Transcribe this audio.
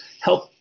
help